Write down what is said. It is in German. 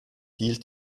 hielt